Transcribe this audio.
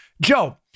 Joe